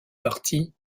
partie